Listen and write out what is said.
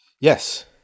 Yes